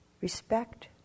Respect